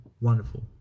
wonderful